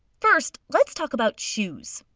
first let's talk about shoes.